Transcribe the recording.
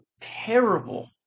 terrible